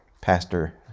Pastor